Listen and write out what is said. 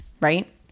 right